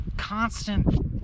constant